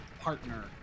partner